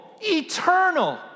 eternal